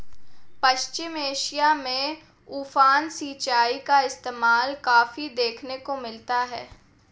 पश्चिम Asia में उफान सिंचाई का इस्तेमाल काफी देखने को मिलता है